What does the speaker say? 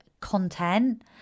content